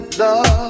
love